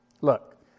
Look